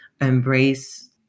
embrace